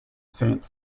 saint